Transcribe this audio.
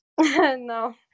no